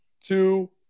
two